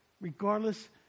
regardless